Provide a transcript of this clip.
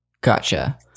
Gotcha